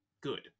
good